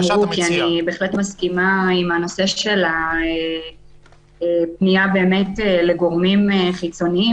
כי אני בהחלט מסכימה עם הנושא של הפנייה לגורמים חיצוניים.